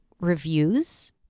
reviews